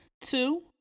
Two